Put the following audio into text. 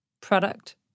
product